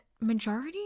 majority